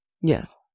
Yes